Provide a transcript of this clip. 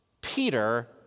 Peter